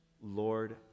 Lord